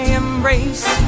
embrace